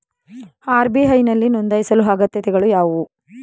RBI ನಲ್ಲಿ ನೊಂದಾಯಿಸಲು ಅಗತ್ಯತೆಗಳು ಯಾವುವು?